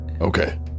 okay